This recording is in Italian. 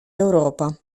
europa